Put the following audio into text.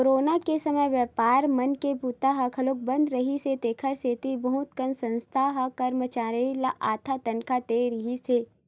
corona के समे बेपारी मन के बूता ह घलोक बंद रिहिस हे तेखर सेती बहुत कन संस्था ह करमचारी ल आधा तनखा दे रिहिस हे